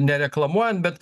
nereklamuojant bet